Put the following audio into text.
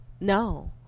No